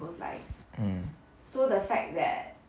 mm